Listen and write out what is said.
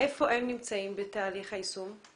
איפה הם נמצאים בתהליך היישום?